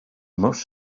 must